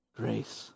grace